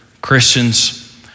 Christians